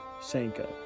Sanka